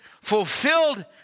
fulfilled